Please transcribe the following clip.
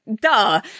Duh